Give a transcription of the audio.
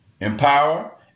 empower